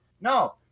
no